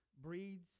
breeds